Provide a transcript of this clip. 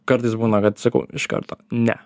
kartais būna kad sakau iš karto ne